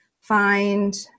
find